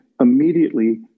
immediately